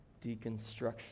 deconstruction